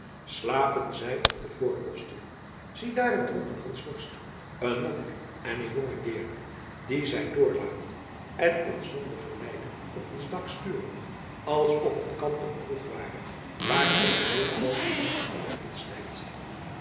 slapen zij op de voorposten ziedaar een dronken hansworst een monnik en een jonge deerne die zij doorlaten en ons zonder geleide op ons dak sturen alsof het kamp een kroeg ware waar elke leeglooper onverhinderd insnijdt